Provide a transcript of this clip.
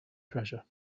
treasure